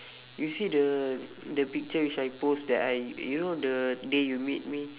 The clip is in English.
you see the the picture which I post that I you know the day you meet me